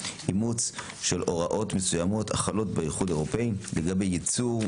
אימוץ של הוראות מסוימות החלות באיחוד האירופי לגבי ייצור,